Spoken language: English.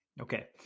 Okay